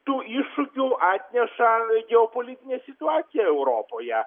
tų iššūkių atneša geopolitinė situacija europoje